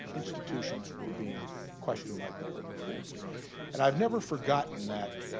institutions were being questioned like never before and i've never forgotten that